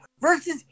versus